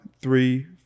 three